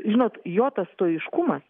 žinot jo tas stoiškumas